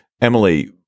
Emily